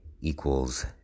equals